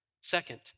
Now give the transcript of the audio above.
Second